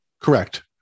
Correct